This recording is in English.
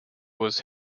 was